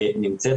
נמצאת,